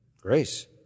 grace